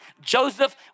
Joseph